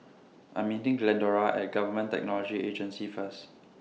I'm meeting Glendora At Government Technology Agency First